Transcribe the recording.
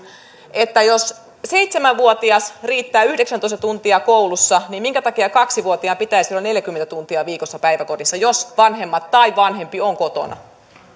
että jos seitsemän vuotiaalle riittää yhdeksäntoista tuntia koulussa niin minkä takia kaksi vuotiaan pitäisi olla neljäkymmentä tuntia viikossa päiväkodissa jos vanhemmat tai vanhempi on kotona no niin